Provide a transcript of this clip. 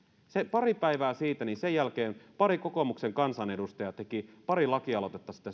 pari päivää sen jälkeen pari kokoomuksen kansanedustajaa teki pari lakialoitetta